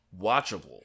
watchable